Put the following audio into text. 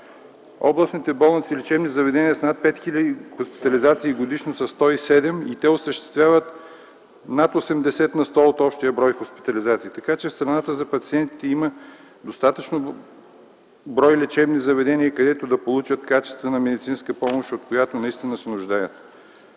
Областните болници и лечебни заведения с над 5000 хоспитализации годишно са 107 и те осъществяват над 80% от общия брой хоспитализации. Така че в страната за пациентите има достатъчно брой лечебни заведения, където да получат качествена медицинска помощ, от която наистина се нуждаят.